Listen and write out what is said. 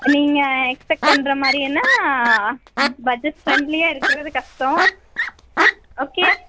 நீங்கள் எக்ஸ்பெக்ட் பண்ணுறமாரினா ப பட்ஜெட் ஃப்ரெண்ட்லியாக இருக்கிறது கஷ்டம் ஓகேயா